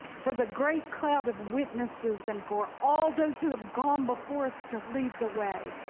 for the great cloud of witnesses and for all those who have gone before us to lead the way.